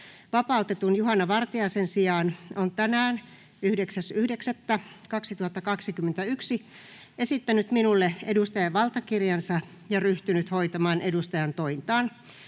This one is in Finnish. vapautetun Juhana Vartiaisen sijaan, on tänään 9.9.2021 esittänyt minulle edustajavaltakirjansa ja ryhtynyt hoitamaan edustajantointaan.